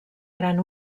gran